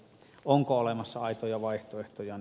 onko olemassa aitoja vaihtoehtoja